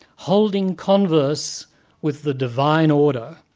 holding converse with the divine order,